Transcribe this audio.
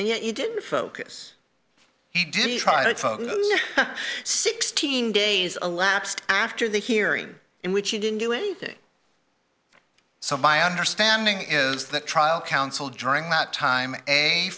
and you didn't focus he didn't try to sixteen days elapsed after the hearing in which he didn't do anything so my understanding is the trial counsel during that time a